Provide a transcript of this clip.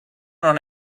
non